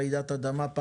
גם נגד רעידות אדמה.